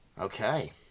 Okay